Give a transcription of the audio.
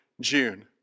June